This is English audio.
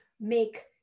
make